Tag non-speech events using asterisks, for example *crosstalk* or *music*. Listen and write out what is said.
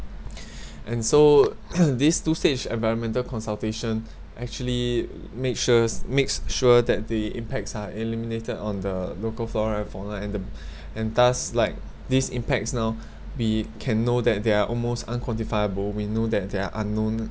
*breath* and so *coughs* this two stage environmental consultation actually make sures makes sure that the impacts are eliminated on the local flora and fauna and the *breath* and thus like these impacts now *breath* we can know that they are almost unquantifiable we know that they are unknown